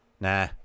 Nah